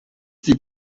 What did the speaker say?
sieht